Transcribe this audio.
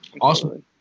awesome